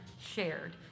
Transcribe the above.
shared